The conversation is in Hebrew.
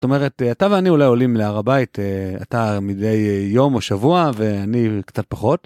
זאת אומרת אתה ואני אולי עולים להר הבית אתה מדי יום או שבוע ואני קצת פחות.